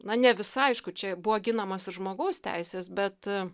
na ne visa aišku čia buvo ginamos ir žmogaus teisės bet